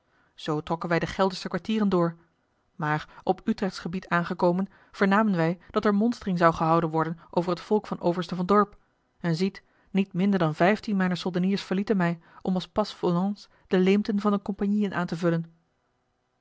zoo trokken wij de geldersche kwartieren door maar op utrechtsen gebied aangekomen vernamen wij dat er monstering zou gehouden worden over het volk van overste van dorp en ziet niet minder dan vijftien mijner soldeniers verlieten mij om als passe volants de leemten van de compagnieën aan te vullen